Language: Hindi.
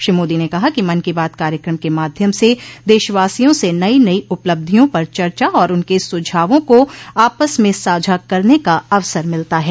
श्री मोदी ने कहा कि मन की बात कार्यक्रम के माध्यम से देशवासियों से नई नई उपलब्धियों पर चर्चा और उनक सुझावों को आपस में साझा करने का अवसर मिलता है